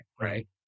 Right